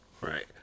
Right